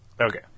Okay